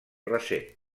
recent